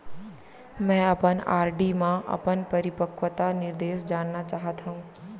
मै अपन आर.डी मा अपन परिपक्वता निर्देश जानना चाहात हव